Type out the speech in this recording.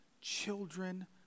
children